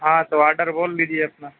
ہاں تو آرڈر بول دیجئے اپنا